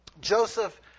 Joseph